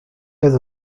has